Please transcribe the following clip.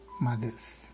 mothers